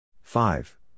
Five